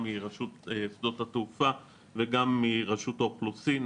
גם מרשות שדות התעופה וגם מרשות האוכלוסין,